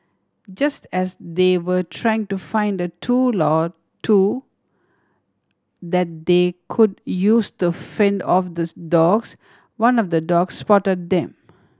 just as they were trying to find a tool or two that they could use to fend off the dogs one of the dogs spot them